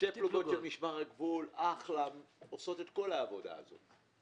פלוגות של משמר הגבול עושות את כל העבודה הזאת.